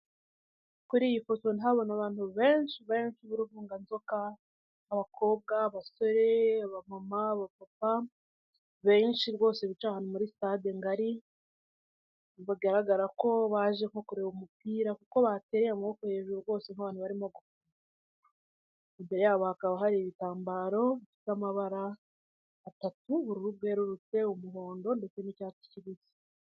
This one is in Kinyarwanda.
Kuri iyi foto ndahabona abantu benshi b'uruvunganzoka, abakobwa, abasore, abamama, abapapa, ni benshi rwose bicaye muri sitade ngari, bigaragara ko baje nko kureba umupira kuko bateye amaboko hejuru rwose nk'abantu barimo kureba umupira, hakurya yabo hakaba hari ibitambaro by'amabara atatu ubururu rwerurutse, umuhondo ndetse n'icyatsi kibisi.